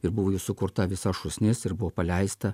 ir buvo jų sukurta visa šūsnis ir buvo paleista